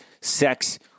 sex